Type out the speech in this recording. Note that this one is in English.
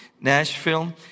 Nashville